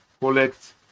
collect